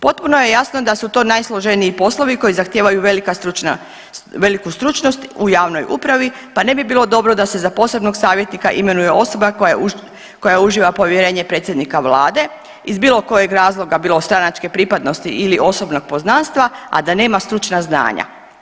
Potpuno je jasno da su to najsloženiji poslovi koji zahtijevaju velika stručna, veliku stručnost u javnoj upravi, pa ne bi bilo dobro da se za posebnog savjetnika imenuje osoba koja uživa povjerenje predsjednika vlade iz bilo kojeg razloga bilo stranačke pripadnosti ili osobnog poznanstva, a da nema stručna znanja.